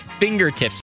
fingertips